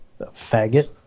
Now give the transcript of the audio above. faggot